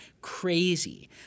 crazy